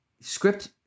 script